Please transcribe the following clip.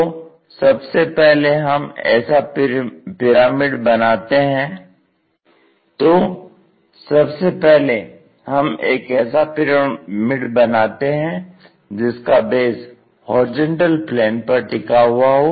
तो सबसे पहले हम ऐसा पिरामिड बनाते हैं जिसका बेस HP पर टिका हुआ हो